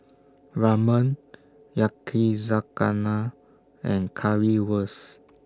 Ramen Yakizakana and Currywurst